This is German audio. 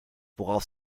worauf